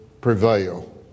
prevail